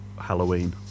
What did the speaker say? Halloween